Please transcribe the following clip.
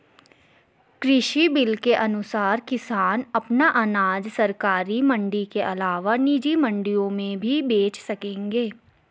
कृषि बिल के अनुसार किसान अपना अनाज सरकारी मंडी के अलावा निजी मंडियों में भी बेच सकेंगे